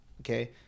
okay